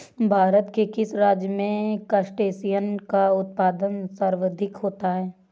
भारत के किस राज्य में क्रस्टेशियंस का उत्पादन सर्वाधिक होता है?